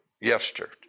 yesterday